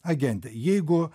agente jeigu